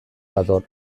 dator